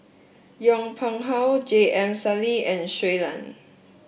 Yong Pung How J M Sali and Shui Lan